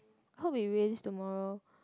hope it rains tomorrow